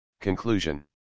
Conclusion